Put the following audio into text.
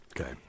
Okay